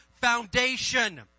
foundation